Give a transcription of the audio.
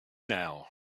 now